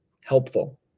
helpful